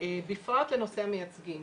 בפרט לנושא המייצגים.